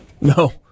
No